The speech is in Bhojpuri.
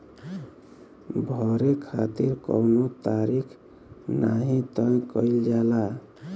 भरे खातिर कउनो तारीख नाही तय कईल जाला